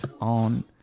on